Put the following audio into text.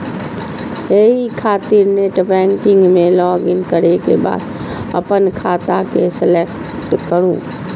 एहि खातिर नेटबैंकिग मे लॉगइन करै के बाद अपन खाता के सेलेक्ट करू